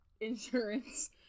insurance